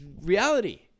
reality